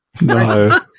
No